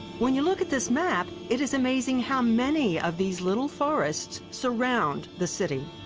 when you look at this map, it is amazing how many of these little forests surround the city.